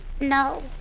No